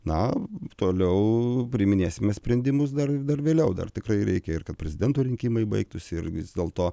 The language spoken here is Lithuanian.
na toliau priiminėsime sprendimus dar dar vėliau dar tikrai reikia ir kad prezidento rinkimai baigtųsi ir vis dėlto